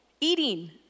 eating